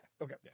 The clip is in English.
Okay